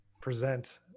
present